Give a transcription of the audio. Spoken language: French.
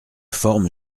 forme